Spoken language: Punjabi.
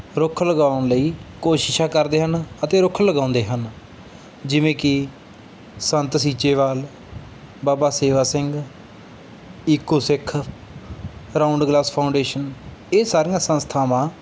ਰੁੱਖ ਲਗਾਉਣ ਲਈ ਕੋਸ਼ਿਸ਼ਾਂ ਕਰਦੇ ਹਨ ਅਤੇ ਰੁੱਖ ਲਗਾਉਂਦੇ ਹਨ ਜਿਵੇਂ ਕਿ Sant Seechewal Baba Sewa Singh eco Sikh RoundGlass foundation ਇਹ ਸਾਰੀਆਂ ਸੰਸਥਾਵਾਂ